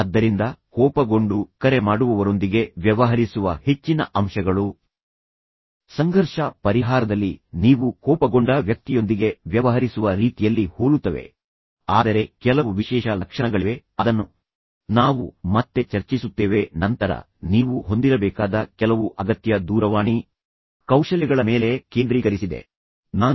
ಆದ್ದರಿಂದ ಕೋಪಗೊಂಡ ಕರೆ ಮಾಡುವವರೊಂದಿಗೆ ವ್ಯವಹರಿಸುವ ಹೆಚ್ಚಿನ ಅಂಶಗಳು ಸಂಘರ್ಷ ಪರಿಹಾರದಲ್ಲಿ ನೀವು ಕೋಪಗೊಂಡ ವ್ಯಕ್ತಿಯೊಂದಿಗೆ ವ್ಯವಹರಿಸುವ ರೀತಿಯಲ್ಲಿ ಹೋಲುತ್ತವೆ ಆದರೆ ಕೆಲವು ವಿಶೇಷ ಲಕ್ಷಣಗಳಿವೆ ಅದನ್ನು ನಾವು ಮತ್ತೆ ಚರ್ಚಿಸುತ್ತೇವೆ ಮತ್ತು ಅದರ ನಂತರ ನಾನು ನೀವು ಹೊಂದಿರಬೇಕಾದ ಕೆಲವು ಅಗತ್ಯ ದೂರವಾಣಿ ಕೌಶಲ್ಯಗಳ ಮೇಲೆ ಕೇಂದ್ರೀಕರಿಸಿದೆ ಮೂಲಭೂತ ಅಥವಾ ಮುಂದುವರಿದ ಮಟ್ಟದಲ್ಲಿ